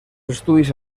estudis